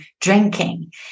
drinking